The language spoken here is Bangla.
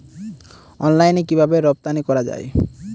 অনলাইনে কিভাবে রপ্তানি করা যায়?